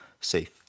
safe